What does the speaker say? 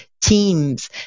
teams